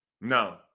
No